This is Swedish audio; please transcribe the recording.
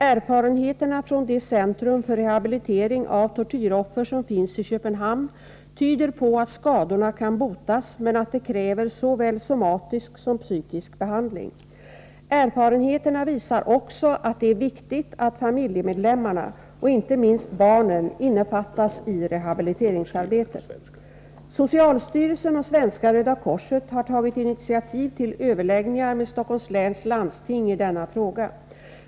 Erfarenheterna från det centrum för rehabilitering av tortyroffer, som finns i Köpenhamn, tyder på att skadorna kan botas men att det kräver såväl somatisk som psykisk behandling. Erfarenheterna visar också att det är viktigt att familjemedlemmarna — och inte minst barnen — innefattas i rehabiliteringsarbetet. Socialstyrelsen och Svenska röda korset har tagit initiativ till överläggningar med Stockholms län landsting i denna fråga.